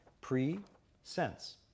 Pre-sense